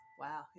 Wow